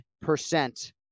percent